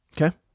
Okay